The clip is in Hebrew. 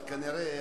אבל כנראה,